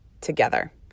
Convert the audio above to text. together